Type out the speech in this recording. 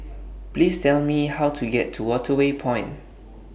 Please Tell Me How to get to Waterway Point